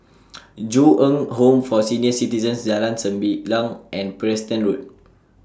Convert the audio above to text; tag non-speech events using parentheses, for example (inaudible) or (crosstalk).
(noise) Ju Eng Home For Senior Citizens Jalan Sembilang and Preston Road